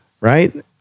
right